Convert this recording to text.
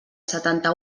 setanta